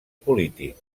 polític